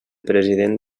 president